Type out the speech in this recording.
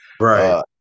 Right